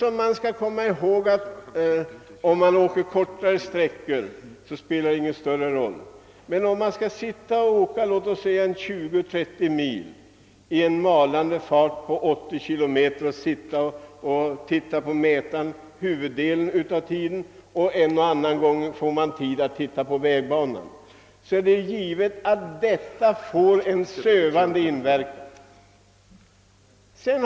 Om man reser kortare sträckor spelar det ingen större roll, men om en bilförare skall sitta och köra låt oss säga 20—30 mil i en malande fart på §0 kilometer i timmen och dessutom måste sitta och stirra på hastighetsmätaren under huvuddelen av tiden och bara en och annan gång få tid att kasta en blick på vägbanan, så är det givet att detta har en sövande inverkan på föraren.